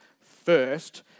first